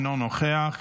אינו נוכח,